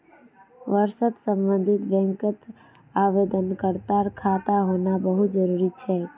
वशर्ते सम्बन्धित बैंकत आवेदनकर्तार खाता होना बहु त जरूरी छेक